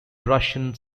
russian